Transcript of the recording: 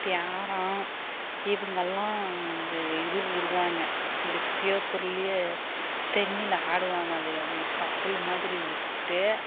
பேரன் இவங்கல்லாம் அந்த இது விடுவாங்க இந்த பேப்பர்லேயே தண்ணியில் ஆடுவாங்க அதை அந்தக் கப்பல் மாதிரி விட்டு